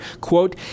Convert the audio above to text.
quote